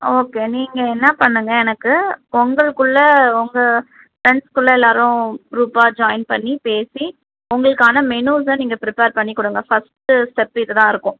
okay நீங்கள் என்ன பண்ணுங்க எனக்கு உங்களுக்குள்ள உங்க ஃப்ரெண்ட்ஸுக்குள்ளே எல்லாேரும் க்ரூப்பாக ஜாயின் பண்ணி பேசி உங்களுக்கான மெனுஸை நீங்கள் ப்ரிப்பர் பண்ணி கொடுங்க ஃபஸ்ட்டு ஸ்டெப் இதுதான் இருக்கும்